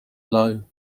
low